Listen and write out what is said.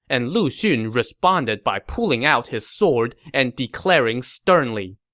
and lu xun responded by pulling out his sword and declaring sternly,